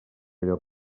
allò